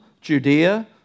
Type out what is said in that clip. Judea